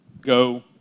go